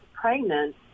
pregnant